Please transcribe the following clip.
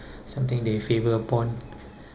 something they favour upon